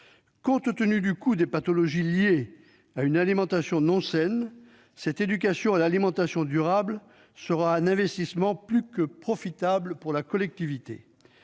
Compte tenu du coût des pathologies liées à une alimentation non saine, cette éducation à l'alimentation durable sera un investissement plus que profitable pour la collectivité.